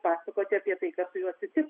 pasakoti apie tai kas su juo atsitiko